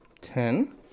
Ten